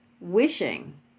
wishing